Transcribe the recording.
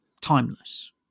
timeless